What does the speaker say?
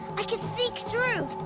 i can sneak through!